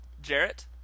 Jarrett